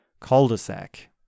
cul-de-sac